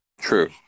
True